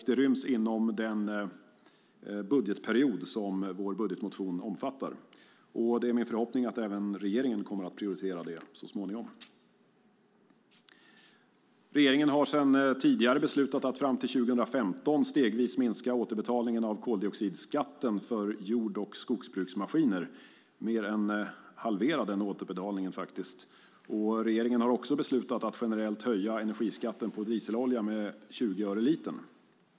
Det ryms inom den budgetperiod som vår budgetmotion omfattar. Det är min förhoppning att även regeringen kommer att prioritera det så småningom. Regeringen har tidigare beslutat att fram till 2015 stegvis minska återbetalningen av koldioxidskatten för jord och skogsbruksmaskiner; man ska faktiskt mer än halvera återbetalningen. Regeringen har också beslutat att generellt höja energiskatten på dieselolja med 20 öre litern.